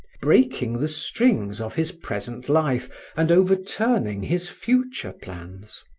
breaking the strings of his present life and overturning his future plans.